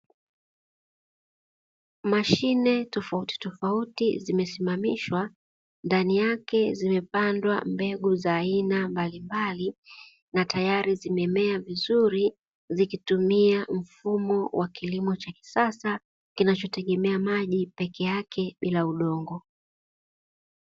Mashine tofuti tofauti zimesimamishwa, ndani yake zimepandwa mbegu za aina mbalimbali na tayari zimemea vizuri. Zikitumia mfumo wa kilimo cha kisasa kinachotegemea maji pekeyake bila udongo.